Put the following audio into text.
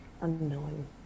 unknowing